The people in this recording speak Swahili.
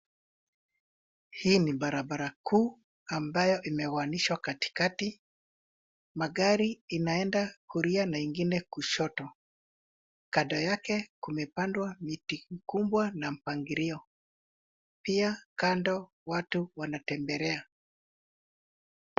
Hii ni barabara kuu ambayo imegawanyishwa katikati. Magari inaenda kulia na ingine kushoto. Kando yake kumepandwa miti kubwa na mpangilio. Pia kando watu wanatembelea.